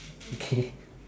okay